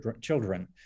children